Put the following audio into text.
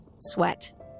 sweat